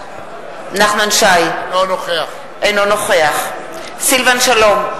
אינו נוכח סילבן שלום,